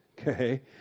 okay